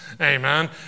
Amen